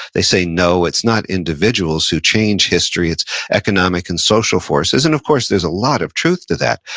they say, no, it's not individuals who change history, it's economic and social forces. and of course, there's a lot of truth to that.